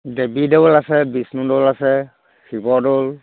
দেৱীদৌল আছে বিষ্ণুদৌল আছে শিৱদৌল